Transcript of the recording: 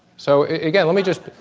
so again let me just,